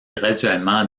graduellement